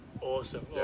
Awesome